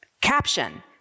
caption